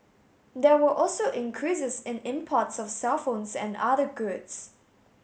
there were also increases in imports of cellphones and other goods